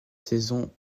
saisons